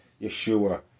Yeshua